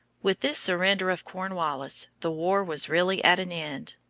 with this surrender of cornwallis, the war was really at an end.